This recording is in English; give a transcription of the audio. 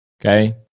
Okay